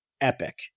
epic